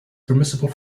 permissible